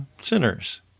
sinners